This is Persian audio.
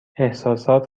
احساسات